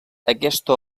aquesta